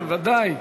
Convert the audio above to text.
כן, ודאי.